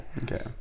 Okay